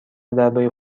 درباره